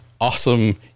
awesome